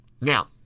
Now